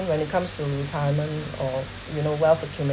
when you comes to retirement or you know well procurement